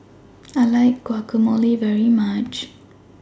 I like Guacamole very much